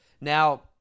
Now